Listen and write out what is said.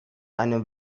einem